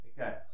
Okay